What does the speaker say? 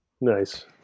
Nice